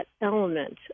element